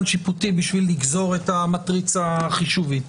שיפוטי בשביל לגזור את המטריצה החישובית.